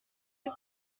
you